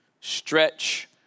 Stretch